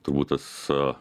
turbūt tas